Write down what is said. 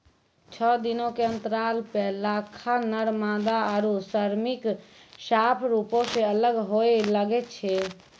छः दिनो के अंतराल पे लारवा, नर मादा आरु श्रमिक साफ रुपो से अलग होए लगै छै